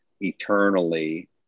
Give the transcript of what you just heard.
eternally